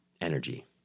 energy